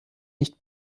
nicht